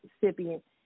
recipient